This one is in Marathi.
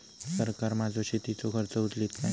सरकार माझो शेतीचो खर्च उचलीत काय?